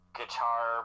guitar